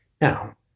Now